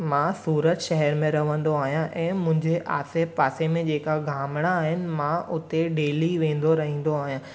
मां सूरत शहर में रहंदो आहियां ऐं मुंहिंजे आसे पासे में जेका गांमणा आहिनि मां उते डेली वेंदो रहंदो आहियां